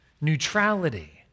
neutrality